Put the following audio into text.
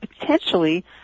potentially